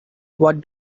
what